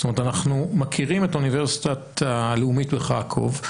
זאת אומרת אנחנו מכירים את האוניברסיטה הלאומית בחרקוב,